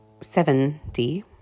7D